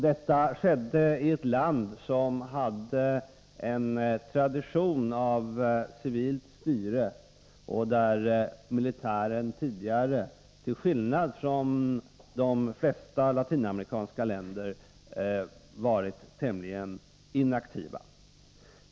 Detta skedde i ett land som hade en tradition av civilt styre och där militären tidigare — till skillnad mot i de flesta latinamerikanska länder — varit tämligen inaktiv.